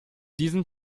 diesen